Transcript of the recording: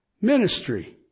Ministry